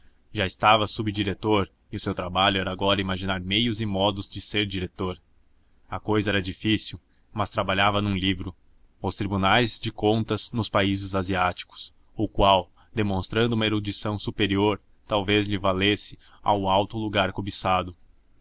já estava subdiretor e o seu trabalho era agora imaginar meios e modos de ser diretor a cousa era difícil mas trabalhava num livro os tribunais de contas nos países asiáticos o qual demonstrando uma erudição superior talvez lhe levasse ao alto lugar cobiçado